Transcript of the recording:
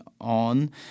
on